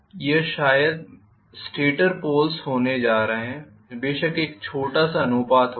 यह शायद मेरे स्टेटर पोल्स होने जा रहे है बेशक एक छोटा सा अनुपात होगा